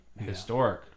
historic